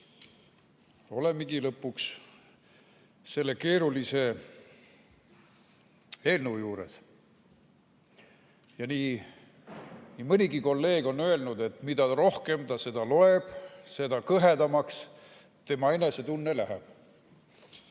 Olemegi lõpuks selle keerulise eelnõu juures. Nii mõnigi kolleeg on öelnud, et mida rohkem ta seda loeb, seda kõhedamaks tema enesetunne läheb.